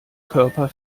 körper